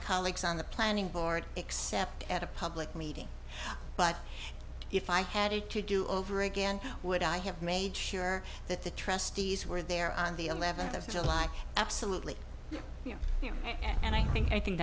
colleagues on the planning board except at a public meeting but if i had it to do over again would i have made sure that the trustees were there on the eleventh of july absolutely and i think i think